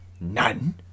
None